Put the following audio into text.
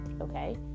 okay